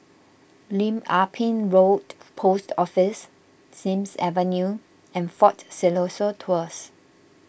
Lim Ah Pin Road Post Office Sims Avenue and fort Siloso Tours